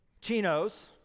chinos